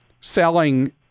selling